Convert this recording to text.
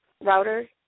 Router